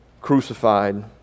crucified